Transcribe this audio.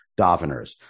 daveners